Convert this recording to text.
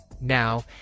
Now